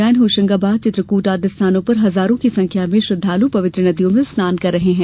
उज्जैन होषंगाबाद चित्रकूट आदि स्थानों पर हजारों की संख्या में श्रद्वालु पवित्र नदियों में स्नान कर रहे हैं